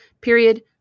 period